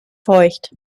feucht